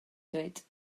dweud